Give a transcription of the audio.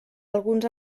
alguns